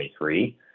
2023